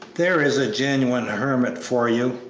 there is a genuine hermit for you,